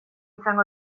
izango